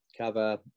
cover